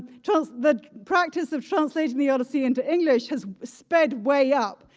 so the practice of translating the odyssey into english has sped way up.